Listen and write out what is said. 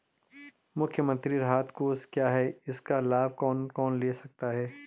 मुख्यमंत्री राहत कोष क्या है इसका लाभ कौन कौन ले सकता है?